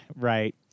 Right